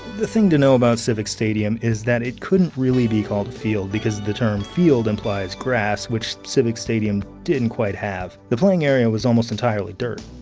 the thing to know about civic stadium is that it couldn't really be called a field because the term field implies grass, which civic stadium didn't quite have. the playing area was almost entirely dirt.